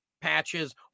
patches